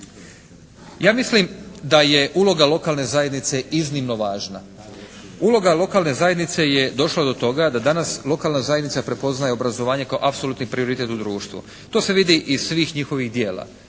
Ja mislim da je uloga lokalne zajednice iznimno važna. Uloga lokalne zajednice je došla do toga da danas lokalna zajednica prepoznaje obrazovanje kao apsolutni prioritet u društvu. To se vidi iz svih njihovih djela.